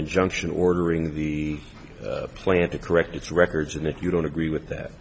injunction ordering the plant to correct its records and if you don't agree with that